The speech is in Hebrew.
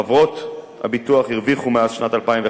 חברות הביטוח הרוויחו מאז שנת 2001,